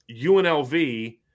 UNLV